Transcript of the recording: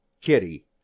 kitty